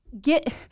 Get